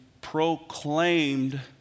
proclaimed